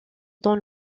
dans